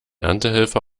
erntehelfer